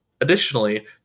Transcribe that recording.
Additionally